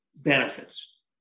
benefits